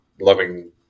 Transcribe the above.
loving